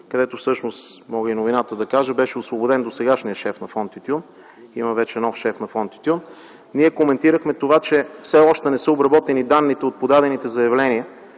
където всъщност, мога и новината да кажа: беше освободен досегашният шеф на фонд „Тютюн” и има вече нов шеф на фонд „Тютюн”, ние коментирахме това, че все още не са обработени данните от подадените заявления